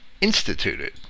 instituted